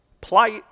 plight